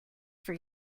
for